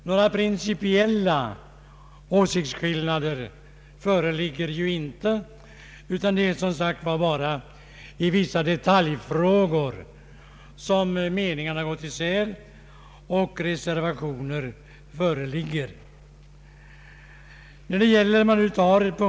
Några principiella åsiktsskillnader föreligger inte, utan det är som sagt bara i vissa detaljfrågor som meningarna går isär och reservationer föreligger.